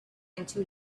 into